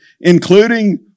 including